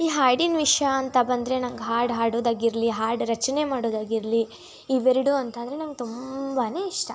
ಈ ಹಾಡಿನ ವಿಷಯ ಅಂತ ಬಂದರೆ ನಂಗೆ ಹಾಡು ಹಾಡೋದಾಗಿರ್ಲಿ ಹಾಡು ರಚನೆ ಮಾಡೋದಾಗಿರಲಿ ಇವೆರಡೂ ಅಂತಂದರೆ ನಂಗೆ ತುಂಬಾ ಇಷ್ಟ